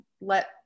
let